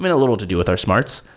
a little to do with our smarts,